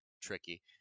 tricky